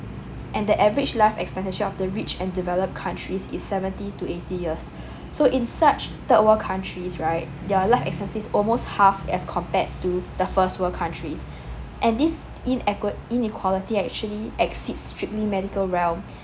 and the average life expectancy of the rich and developed countries is seventy to eighty years so in such third world countries right their life expectancy almost half as compared to the first world countries and this inequa~ inequality actually exceed strictly medical realm